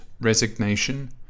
resignation